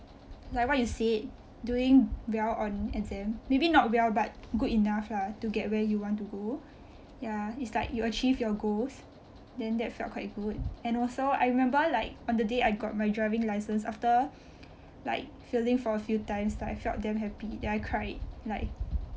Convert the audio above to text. like what you said doing well on exam maybe not well but good enough lah to get where you want to go ya it's like you achieve your goals then that felt quite good and also I remember like on the day I got my driving license after like failing for a few times like I felt damn happy then I cried like